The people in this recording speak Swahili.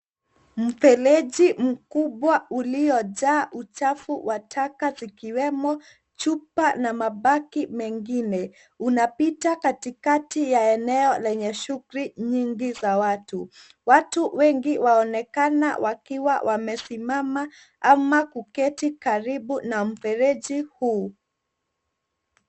Mfereji mkubwa uliojaa uchafu wa taka zikiwemo chupa na mabaki mengine unapita katikati ya eneo lenye shughuli nyingi za watu. Watu wengi waonekana wakiwa wamesimamaama ama kuketi Karibu na mfereji huo.